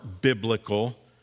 biblical